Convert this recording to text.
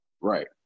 Right